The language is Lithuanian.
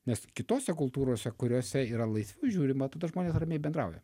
nes kitose kultūrose kuriose yra laisvai žiūrima tada žmonės ramiai bendrauja